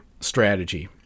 strategy